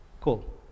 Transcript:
Cool